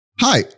hi